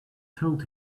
told